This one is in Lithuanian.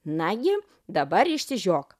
nagi dabar išsižiok